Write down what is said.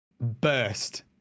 burst